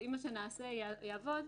אם מה שנעשה יעבור,